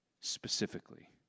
specifically